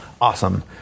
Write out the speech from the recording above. awesome